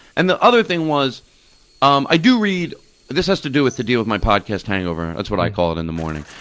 and the other thing was um i do read this has to do with the deal of my podcast hangover, that's what i call it, in the morning.